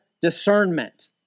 discernment